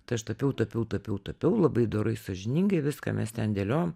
tai aš tapiau tapiau tapiau tapiau labai dorai sąžiningai viską mes ten dėliojom